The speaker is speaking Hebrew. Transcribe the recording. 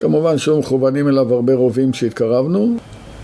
כמובן שהיו מכוונים אליו הרבה רובים כשהתקרבנו